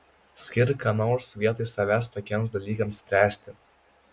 skirk ką nors vietoj savęs tokiems dalykams spręsti